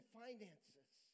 finances